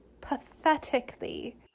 pathetically